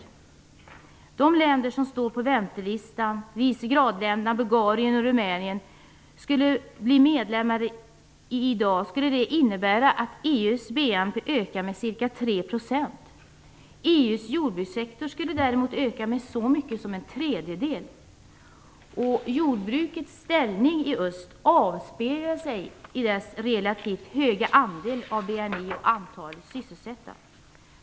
Om de länder som står på väntelistan, dvs. Visegradländerna, Bulgarien och Rumänien, skulle bli medlemmar i dag skulle det innebära att EU:s BNP ökar med ca 3 %. EU:s jordbrukssektor skulle däremot öka med så mycket som en tredjedel. Jordbrukets ställning i öst avspeglar sig i dess relativt höga andel av BNI och antalet sysselsatta.